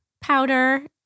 powder